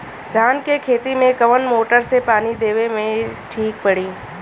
धान के खेती मे कवन मोटर से पानी देवे मे ठीक पड़ी?